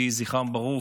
יהי זכרם ברוך,